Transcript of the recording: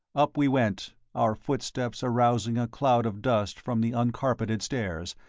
up we went, our footsteps arousing a cloud of dust from the uncarpeted stairs,